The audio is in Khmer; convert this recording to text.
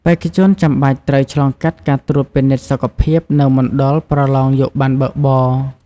បេក្ខជនចាំបាច់ត្រូវឆ្លងកាត់ការត្រួតពិនិត្យសុខភាពនៅមណ្ឌលប្រឡងយកប័ណ្ណបើកបរ។